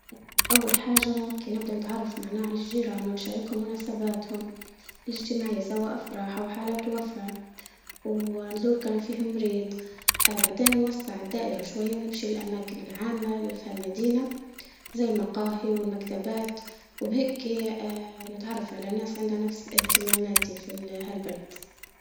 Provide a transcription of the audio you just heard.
اه اول حاجة كي نبدا نتعرف معنا على الجيران ونشاركو مناسباتهم، الاجتماعية سواء افراح او حالات وفاة ونزور كانو فيه مريض، اه بعدين نوفى عالدائرة شوية ونمشي للاماكن العامة اللي فالمدينة. للمقاهي والمكتبات، وبهيكة اه نتعرف على ناس عند اهتماماتي في هالبلد